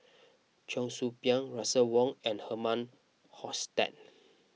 Cheong Soo Pieng Russel Wong and Herman Hochstadt